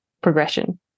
progression